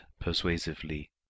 persuasively